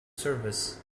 service